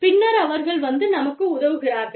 பின்னர் அவர்கள் வந்து நமக்கு உதவுகிறார்கள்